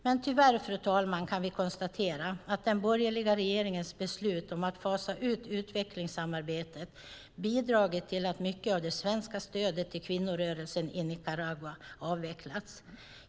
Men tyvärr, fru talman, kan vi konstatera att den borgerliga regeringens beslut om att fasa ut utvecklingssamarbetet bidragit till att mycket av det svenska stödet till kvinnorörelsen i Nicaragua avvecklats.